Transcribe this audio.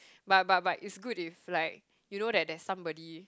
but but but it's good if like you know that there's somebody